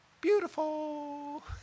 beautiful